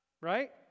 Right